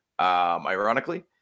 Ironically